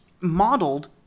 modeled